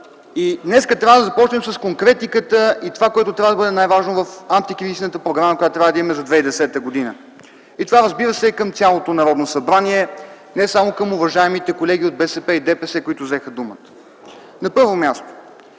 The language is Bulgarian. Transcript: Днес трябва да започнем с конкретиката и това, което трябва да бъде най-важно в антикризисната програма, която трябва да имаме за 2010 г. Това, разбира се, го казвам към цялото Народното събрание, а не само към уважаемите колеги от БСП и ДПС, които взеха думата. На първо място,